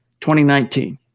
2019